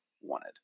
wanted